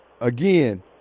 again